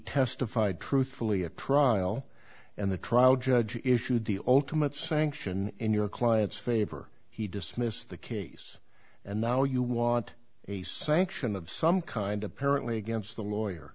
testified truthfully a trial and the trial judge issued the ultimate sanction in your client's favor he dismissed the case and now you want a sanction of some kind apparently against the lawyer